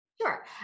Sure